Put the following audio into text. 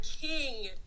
king